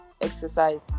exercise